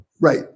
Right